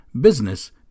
business